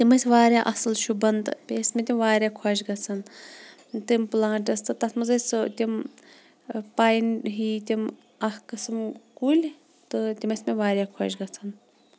تِم ٲسۍ واریاہ اَصل شوٗبان تہٕ بیٚیہِ ٲسۍ مےٚ تِم واریاہ خۄش گَژھان تِم پلانٛٹٕس تہٕ تَتھ مَنٛز ٲسۍ تِم پاین ہی تِم اَکھ قٕسم کُلۍ تہٕ تِم ٲسۍ مےٚ واریاہ خۄش گَژھان